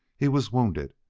he was wounded,